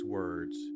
words